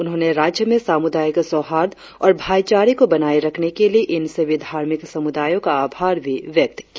उन्होंने राज्य में सामुदायिक सोहार्द और भाईचारे को बनाए रखने के लिए इन सभी धार्मिक समुदायों का आभार भी व्यक्त किया